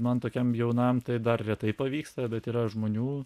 man tokiam jaunam tai dar retai pavyksta bet yra žmonių